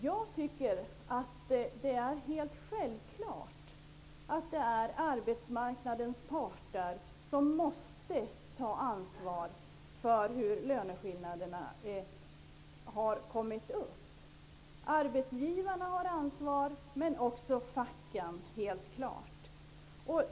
Jag tycker att det är självklart att det är arbetsmarknadens parter som måste ta ansvar för hur löneskillnaderna har uppkommit. Arbetsgivarna har ansvar, men det har också facken.